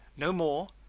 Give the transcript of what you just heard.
no more,